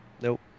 Nope